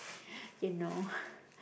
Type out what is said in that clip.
you know